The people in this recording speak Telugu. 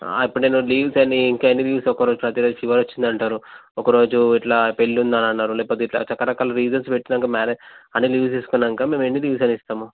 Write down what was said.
ఇప్పుడు నేను లీవ్స్ అని ఇంకా ఎన్ని లీవ్స్ ఒకరోజు ప్రతీరోజు ఫీవర్ వచ్చింది అంటారు ఒకరోజు ఇట్లా పెళ్ళి ఉందని అన్నారు లేకపోతే ఇట్లా రకరకాల రీజన్స్ పెట్టినాక మ్యారే అన్ని లీవ్స్ తీసుకున్నాక మేము ఎన్ని లీవ్స్ అని ఇస్తాము